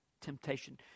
temptation